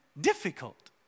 difficult